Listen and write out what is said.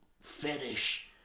fetish